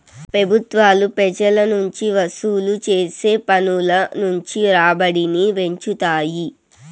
పెబుత్వాలు పెజల నుంచి వసూలు చేసే పన్నుల నుంచి రాబడిని పెంచుతాయి